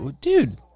Dude